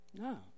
No